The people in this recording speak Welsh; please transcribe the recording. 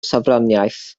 sofraniaeth